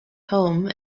home